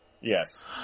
Yes